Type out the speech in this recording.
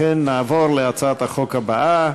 לכן, נעבור להצעת החוק הבאה.